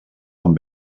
van